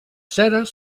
ceres